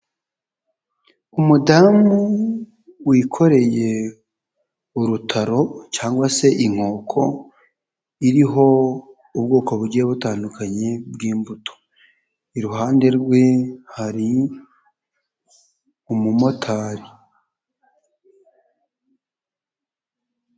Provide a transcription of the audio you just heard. Umudamu wikoreye urutaro cyangwa se inkoko iriho ubwoko bugiye butandukanye bw'imbuto, iruhande rwe hari umumotari.